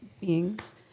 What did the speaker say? beings